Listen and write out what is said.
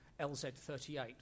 LZ-38